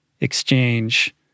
exchange